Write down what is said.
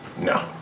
No